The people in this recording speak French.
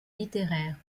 littéraires